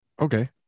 okay